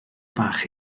bach